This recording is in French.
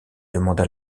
demanda